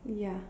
ya